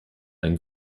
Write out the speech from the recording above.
einen